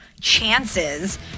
chances